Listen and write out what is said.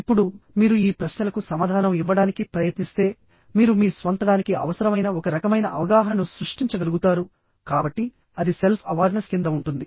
ఇప్పుడు మీరు ఈ ప్రశ్నలకు సమాధానం ఇవ్వడానికి ప్రయత్నిస్తే మీరు మీ స్వంతదానికి అవసరమైన ఒక రకమైన అవగాహనను సృష్టించగలుగుతారు కాబట్టి అది సెల్ఫ్ అవార్నెస్ కింద ఉంటుంది